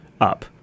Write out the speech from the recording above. up